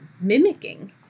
mimicking